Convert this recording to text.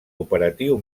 operatiu